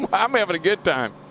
i'm having a good time.